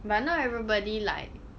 but not everybody like